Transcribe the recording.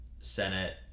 Senate